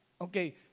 Okay